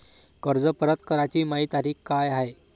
कर्ज परत कराची मायी तारीख का हाय?